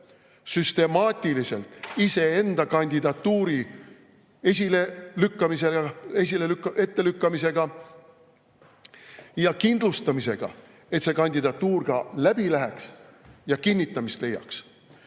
süstemaatiliselt iseenda kandidatuuri esilelükkamise ja ettelükkamisega ning kindlustamisega, et see kandidatuur ka läbi läheks ja kinnitamist leiaks.